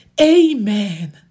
Amen